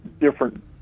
different